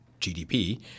GDP